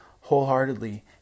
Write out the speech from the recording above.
wholeheartedly